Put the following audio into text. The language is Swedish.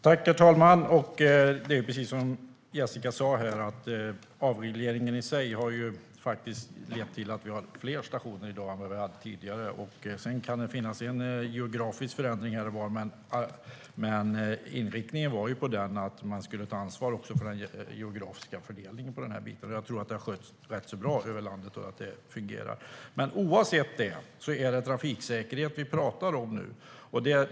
Herr talman! Precis som Jessica sa har avregleringen lett till att vi har fler stationer i dag än tidigare. Sedan kan det finnas geografiska skillnader här och var. Men inriktningen var att man skulle ta ansvar också för den geografiska fördelningen, och jag tror att det sköts rätt bra över landet och fungerar. Oavsett detta är det trafiksäkerhet vi pratar om nu.